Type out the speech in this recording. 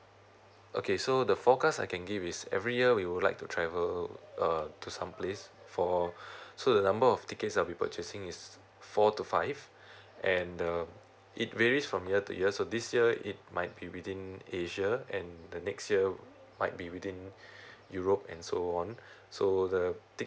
okay so the forecast I can give is every year we would like to travel uh to some place for so the number of tickets I'll be purchasing is four to five and um it varies from year to year so this year it might be within asia and the next year um might be within europe and so on so the tic~